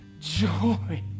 joy